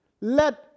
Let